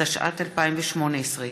התשע"ט 2018,